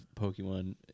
Pokemon